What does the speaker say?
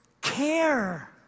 care